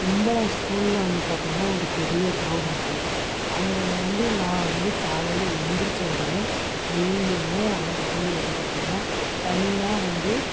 தும்பலம் ஸ்கூலில் வந்து பார்த்திங்கனா ஒரு பெரிய க்ரௌண்ட் இருக்குது அங்கே வந்து நான் வந்து காலையில் எழுந்திரிச்ச உடனே டெய்லியுமே அங்கே போய் வந்து பார்த்திங்கனா தனியாக வந்து